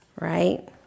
right